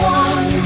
one